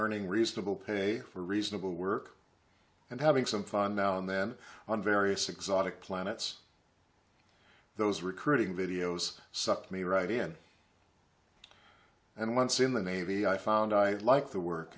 earning reasonable pay for reasonable work and having some fun now and then on various exotic planets those recruiting videos sucked me right in and once in the navy i found i liked the work